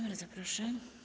Bardzo proszę.